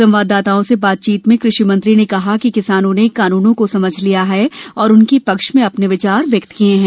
संवाददाताओं से बातचीत में कृषि मंत्री ने कहा कि किसानों ने कानूनों को समझ लिया है और उनके पक्ष में अपने विचार व्यक्त किये हैं